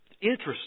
interesting